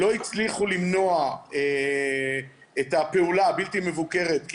לא הצליחו למנוע את הפעולה הבלתי מבוקרת כי